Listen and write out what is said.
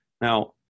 Now